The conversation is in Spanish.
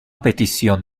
petición